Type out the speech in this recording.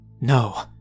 No